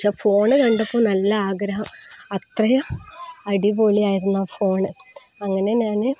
പക്ഷെ ഫോണ് കണ്ടപ്പോള് നല്ല ആഗ്രഹം അത്രയും അടിപൊളിയായിരുന്നു ആ ഫോണ് അങ്ങനെ ഞാന്